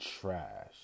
trash